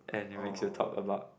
and it makes you talk about